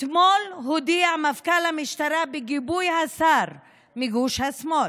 אתמול הודיע מפכ"ל המשטרה, בגיבוי השר מגוש השמאל,